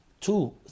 Two